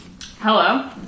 Hello